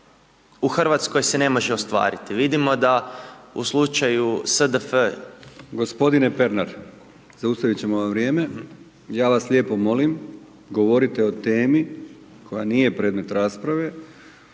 u Hrvatskoj se ne može ostvariti. Vidimo da u slučaju SDF